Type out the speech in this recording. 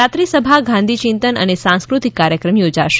રાત્રે સભા ગાંધી ચિંતન અને સાસ્ક્રતિક કાર્યક્રમ યોજાશે